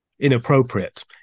Inappropriate